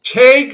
Take